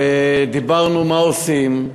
ואמרנו: מה עושים?